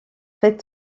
très